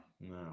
No